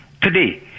today